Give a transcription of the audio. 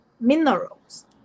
minerals